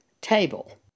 table